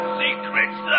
secret's